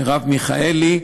מרב מיכאלי,